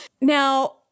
Now